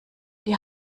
die